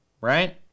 right